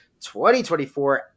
2024